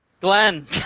Glenn